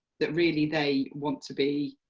that really they want to be